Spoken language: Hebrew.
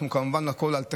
כמובן שהכול, טכנולוגיות,